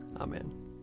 Amen